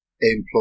employ